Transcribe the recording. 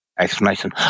Explanation